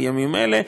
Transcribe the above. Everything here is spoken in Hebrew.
בימים האלה.